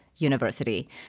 University